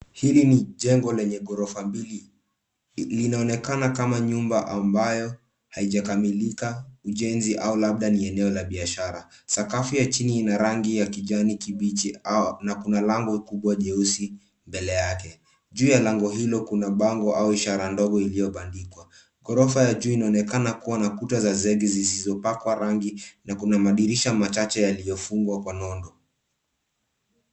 Hili ni jengo lenye ghorofa mbili. Linaonekana kama nyumba ambayo haijakamilika ujenzi au labda ni eneo la biashara. Sakafu ya chini ina rangi ya kijani kibichi na kuna lango kubwa jeusi mbele yake. Juu ya lango hilo kuna bango au ishara ndogo iliyo bandikwa. Ghorofa ya juu inaonekana kuwa na kuta za zegi zisizo pakwa rangi na kuna madirisha machache yaliyo fungwa kwa nondo.